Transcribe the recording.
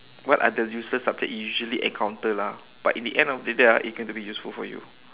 what are the useless subject usually encounter lah but in the end of the day ah it came to be useful for you